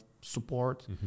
support